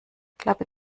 klappe